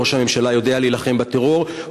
ראש הממשלה יודע להילחם בטרור,